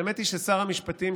האמת היא ששר המשפטים,